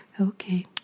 Okay